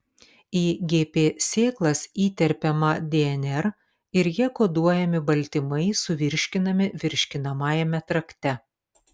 į gp sėklas įterpiama dnr ir ja koduojami baltymai suvirškinami virškinamajame trakte